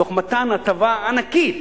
תוך מתן הטבה ענקית,